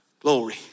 glory